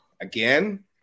again